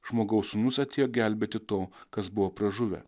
žmogaus sūnus atėjo gelbėti to kas buvo pražuvę